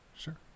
sure